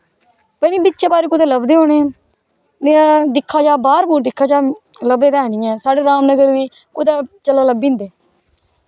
पता नी बिच्चे बारें कुते लब्भदे होनें न में दिक्खा जाऐ बाह्र दिक्खा जाऐ लब्भदे तां हैन नी हैन साढ़ै राम नगर बी कुतै चलो लब्भी जंदे